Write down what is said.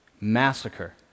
Massacre